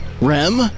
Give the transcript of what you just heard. Rem